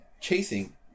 chasing